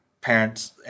parents